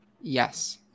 Yes